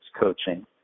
coaching